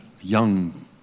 young